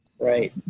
right